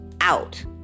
out